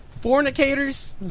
fornicators